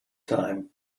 time